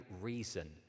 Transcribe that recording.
reason